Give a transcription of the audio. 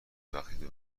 وقتی